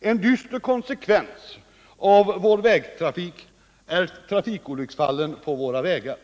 En dyster konsekvens av vår vägtrafik är trafikolycksfallen på våra vägar.